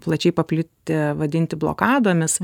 plačiai paplitę vadinti blokadomis